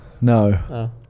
no